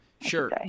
Sure